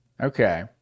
Okay